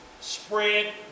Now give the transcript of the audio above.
spread